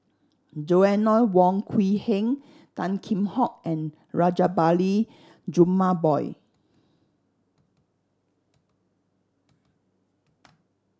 Joanna Wong Quee Heng Tan Kheam Hock and Rajabali Jumabhoy